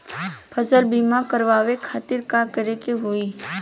फसल बीमा करवाए खातिर का करे के होई?